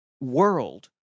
world